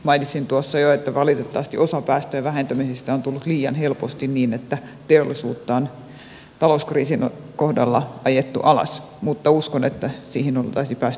mainitsin tuossa jo että valitettavasti osa päästöjen vähentymisistä on tullut liian helposti niin että teollisuutta on talouskriisin kohdalla ajettu alas mutta uskon että siihen oltaisiin päästy muutenkin